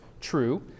true